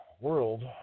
world